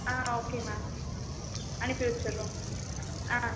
ஆ okay ma'am அனுப்பிவச்சிடுறோம் ஆ